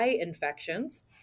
infections